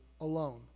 alone